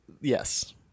yes